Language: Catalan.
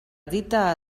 dita